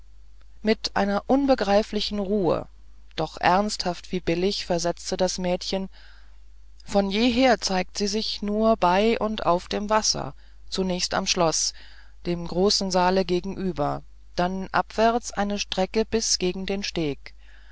mit einer unbegreiflichen ruhe doch ernsthaft wie billig versetzte das mädchen von jeher zeigt sie sich nur bei und auf dem wasser zunächst am schloß dem großen saale gegenüber dann abwärts eine strecke bis gegen den steg